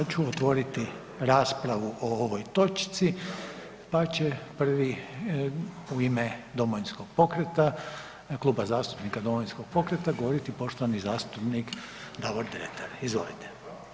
Sad ću otvoriti raspravu o ovoj točci, pa će prvi u ime Domovinskog pokreta, Kluba zastupnika Domovinskog pokreta govoriti poštovani zastupnik Davor Dretar, izvolite.